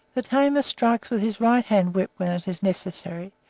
the tamer strikes with his right-hand whip when it is necessary,